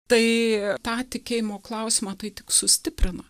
tai tą tikėjimo klausimą tai tik sustiprina